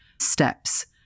steps